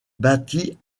bâtit